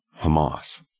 Hamas